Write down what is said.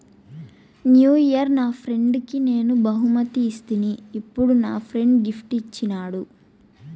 new year నా ఫ్రెండ్కి నేను బహుమతి ఇస్తిని, ఇప్పుడు నా ఫ్రెండ్ గిఫ్ట్ ఇచ్చిన్నాది